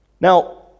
Now